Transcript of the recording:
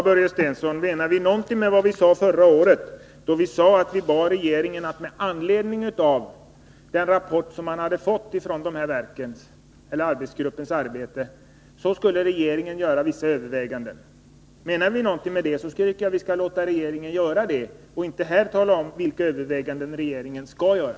Herr talman! Menade vi någonting med vad vi sade förra året, då vi bad regeringen att med anledning av rapporten från arbetsgruppen göra vissa överväganden, tycker jag att vi skall låta regeringen göra dem och inte nu tala om vilka överväganden regeringen skall göra.